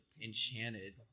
Enchanted